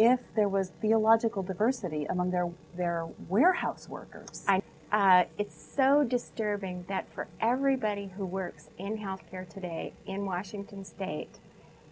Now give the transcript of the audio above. if there was be a logical diversity among their their warehouse workers i think it's so disturbing that for everybody who works in health care today in washington state